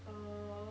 uh